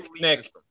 Nick